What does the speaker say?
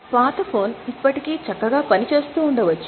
పాత ఫోన్ ఇప్పటికీ చక్కగా పని చేస్తూ ఉండవచ్చు